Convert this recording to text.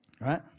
right